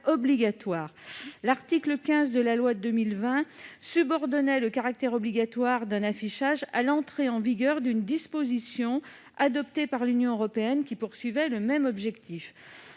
L'article 15 de la loi du 10 février 2020 subordonnait le caractère obligatoire d'un affichage à « l'entrée en vigueur d'une disposition adoptée par l'Union européenne poursuivant le même objectif